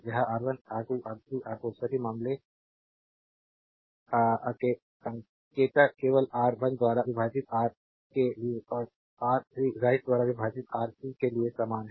यह R1 R2 R2R3 सभी मामले अंकेटर केवल आर 1 द्वारा विभाजित रा के लिए और आर 3 राइट द्वारा विभाजित आर सी के लिए समान है